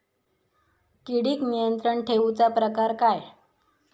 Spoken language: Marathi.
किडिक नियंत्रण ठेवुचा प्रकार काय?